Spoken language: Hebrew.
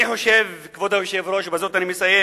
אני חושב, כבוד היושב-ראש, ובזאת אני מסיים,